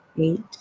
Eight